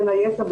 בין היתר,